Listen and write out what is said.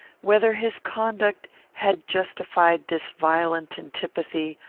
whether his conduct had justified this violent antipathy,